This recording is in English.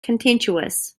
contentious